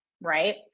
right